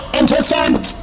intercept